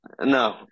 No